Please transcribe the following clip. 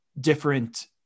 different